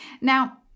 Now